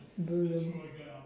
don't even